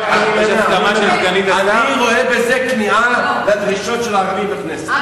אני רואה בזה כניעה לדרישות של הערבים בכנסת.